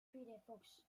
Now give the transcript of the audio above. firefox